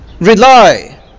rely